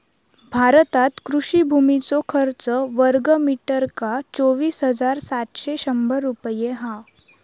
भारतात कृषि भुमीचो खर्च वर्गमीटरका चोवीस हजार सातशे शंभर रुपये हा